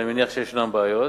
ואני מניח שיש בעיות,